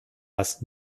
das